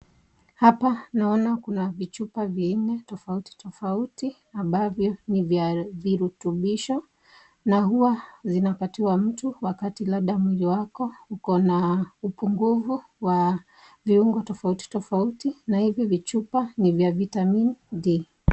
Hapa naona kuna vichupa vinne tofauti tofauti ambavyo ni vya virutobisho na huwa vinapatiwa mtu wakati labda mwili wako uko na upungufu wa viungo tofauti tofauti na hivi vichupa ni vya vitamini D.